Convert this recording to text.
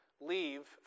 leave